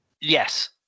Yes